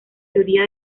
teoría